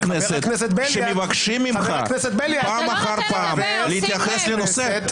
כנסת שמבקשים ממך פעם אחר פעם להתייחס לנושא.